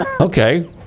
Okay